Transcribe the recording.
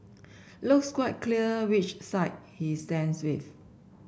looks quite clear which side he stands with